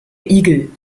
igel